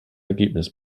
ergebnis